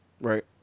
Right